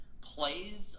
plays